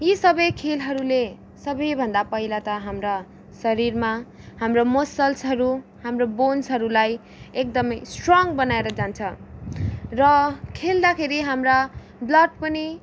यी सबै खेलहरूले सबैभन्दा पहिला त हाम्रा शरीरमा हाम्रा मसल्सहरू हाम्रा बोन्सहरूलाई एकदमै स्ट्रङ बनाएर जान्छ र खेल्दाखेरि हाम्रा ब्लड पनि